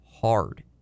hard